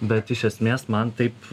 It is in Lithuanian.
bet iš esmės man taip